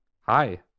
Hi